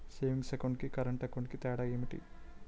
Savings account కి current account కి తేడా ఏమిటి?